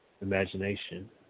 imagination